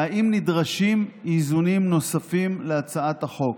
והאם נדרשים איזונים נוספים להצעת החוק.